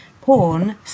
porn